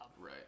Right